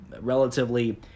relatively